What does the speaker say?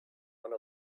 one